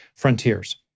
Frontiers